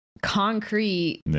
concrete